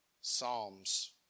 psalms